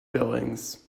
billings